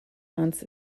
months